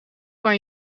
kan